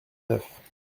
neuf